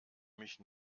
mich